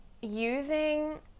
using